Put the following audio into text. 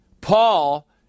Paul